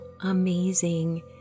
amazing